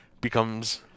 becomes